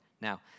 Now